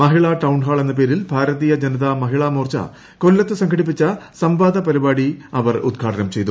മഹിള town hall എന്ന പേരിൽ ഭാരതീയ ജനതാ മഹിളാമോർച്ച കൊല്ലത്ത സംഘടിപ്പിച്ച സംവാദപരിപാടി അവർ ഉദ്ഘാടനം ചെയ്തു